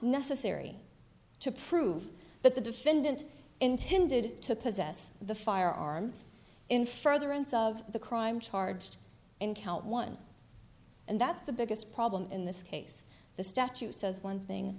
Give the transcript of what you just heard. necessary to prove that the defendant intended to possess the firearms in furtherance of the crime charged in count one and that's the biggest problem in this case the statute says one thing